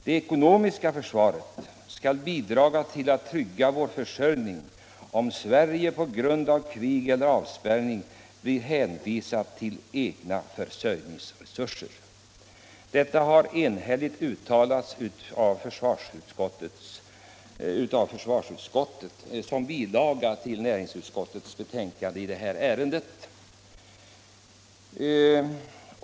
Det ekonomiska försvaret skall bidra till att trygga vår försörjning om Sverige på grund av krig eller avspärrning blir hänvisat till egna försörjningsresurser.” Detta har enhälligt uttalats av försvarsutskottet i det yttrande som är fogat som bilaga till det betänkande från näringsutskottet som vi nu behandlar.